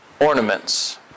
ornaments